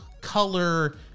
color